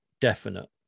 definite